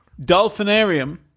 Dolphinarium